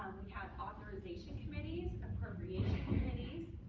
we have authorization committees, appropriations committees,